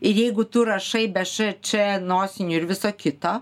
ir jeigu tu rašai be š č nosinių ir viso kito